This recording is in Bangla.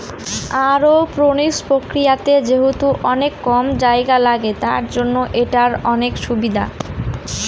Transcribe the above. অরওপনিক্স প্রক্রিয়াতে যেহেতু অনেক কম জায়গা লাগে, তার জন্য এটার অনেক সুবিধা